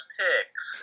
picks